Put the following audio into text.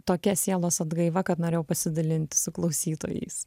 tokia sielos atgaiva kad norėjau pasidalinti su klausytojais